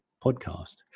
podcast